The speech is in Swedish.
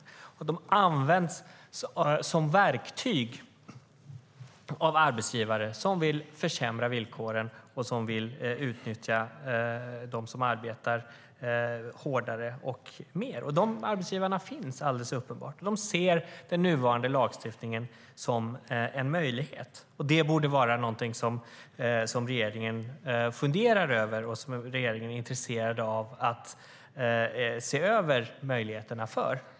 Bemanningsföretagen används som verktyg av arbetsgivare som vill försämra villkoren och utnyttja dem som arbetar hårdare och mer. De arbetsgivarna finns alldeles uppenbart, och de ser den nuvarande lagstiftningen som en möjlighet. Detta är någonting som regeringen borde fundera över och vara intresserad av att se över möjligheterna för.